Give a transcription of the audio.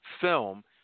film